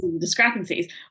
discrepancies